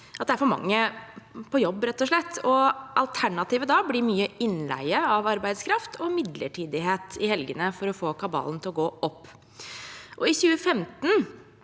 og slett er for mange på jobb. Alternativet blir da mye innleie av arbeidskraft og midlertidighet i helgene, for å få kabalen til å gå opp. I 2015